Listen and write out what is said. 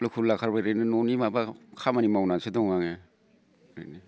लुखुब लाखाब ओरैनो न'नि माबा खामानि मावनानैसो दङ आङो ओरैनो